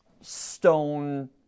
stone